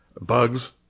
bugs